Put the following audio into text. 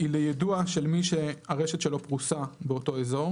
היא ליידוע של מי שהרשת שלו פרוסה באותו אזור